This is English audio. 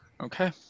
Okay